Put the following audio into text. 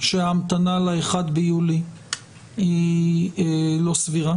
שההמתנה ל-1 ביולי היא לא סבירה.